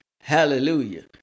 Hallelujah